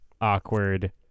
awkward